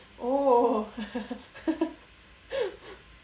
oh